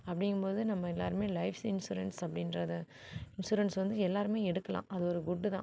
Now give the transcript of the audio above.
அப்படிங்கபோது நம்ம எல்லோருமே life insurance அப்படின்றத இன்ஸுரன்ஸ் வந்து எல்லாருமே எடுக்கலாம் அது ஒரு குட்டுத்தான்